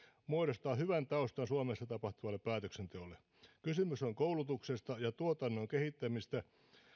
muodostaa hyvän taustan suomessa tapahtuvalle päätöksenteolle kysymys on koulutuksesta ja tuotannon kehittämisestä